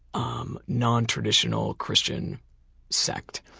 um non-traditional christian sect.